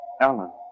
Alan